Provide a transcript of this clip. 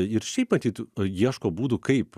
ir šiaip matyt ieško būdų kaip